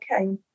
okay